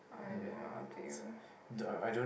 uh I don't knwo up to you